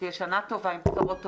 שתהיה שנה טובה עם בשורות טובות.